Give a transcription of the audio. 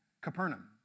Capernaum